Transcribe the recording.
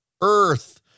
earth